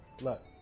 Look